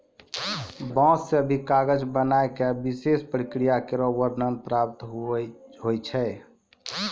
बांस सें भी कागज बनाय क विशेष प्रक्रिया केरो वर्णन प्राप्त होय छै